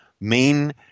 main